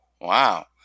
Wow